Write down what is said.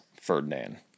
Ferdinand